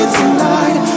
tonight